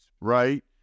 right